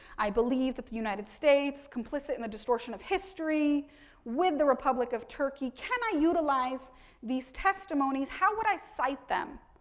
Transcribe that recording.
i believe that the united states complicit in the distortion of history with the republic of turkey. can i utilize these testimonies? how would i cite them?